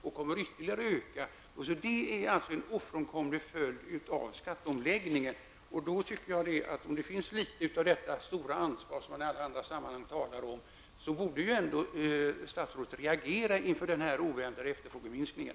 Den kommer att bli ännu större. Det är en ofrånkomlig följd av skatteomläggningen. Finns det något av det stora ansvar som man i alla andra sammanhang talar om, borde ju ändå statsrådet reagera inför den väntade efterfrågeminskningen.